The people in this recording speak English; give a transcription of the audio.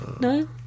No